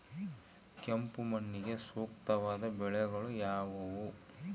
ಕೆಂಪು ಮಣ್ಣಿಗೆ ಸೂಕ್ತವಾದ ಬೆಳೆಗಳು ಯಾವುವು?